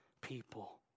people